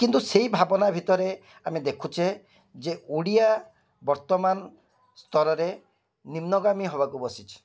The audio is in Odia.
କିନ୍ତୁ ସେଇ ଭାବନା ଭିତରେ ଆମେ ଦେଖୁଛେ ଯେ ଓଡ଼ିଆ ବର୍ତ୍ତମାନ ସ୍ତରରେ ନିମ୍ନଗାମୀ ହେବାକୁ ବସିଛି